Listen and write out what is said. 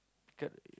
card